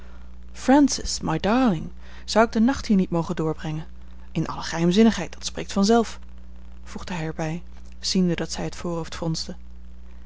francis my darling zou ik den nacht hier niet mogen doorbrengen in alle geheimzinnigheid dat spreekt vanzelf voegde hij er bij ziende dat zij het voorhoofd